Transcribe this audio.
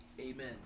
Amen